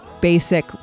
basic